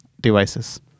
devices